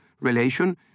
relation